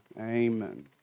Amen